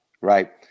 right